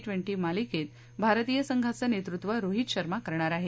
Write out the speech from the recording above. twenty मालिकेत भारतीय संघाचं नेतृत्व रोहीत शर्मा करणार आहे